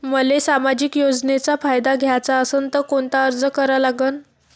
मले सामाजिक योजनेचा फायदा घ्याचा असन त कोनता अर्ज करा लागन?